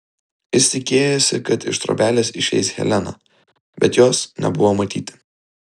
jis tikėjosi kad iš trobelės išeis helena bet jos nebuvo matyti